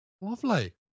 Lovely